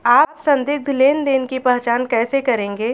आप संदिग्ध लेनदेन की पहचान कैसे करेंगे?